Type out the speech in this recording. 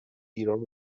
ایران